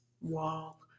Wall